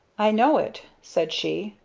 i know it, said she.